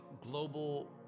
global